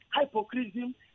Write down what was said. hypocrisy